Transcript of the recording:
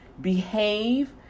behave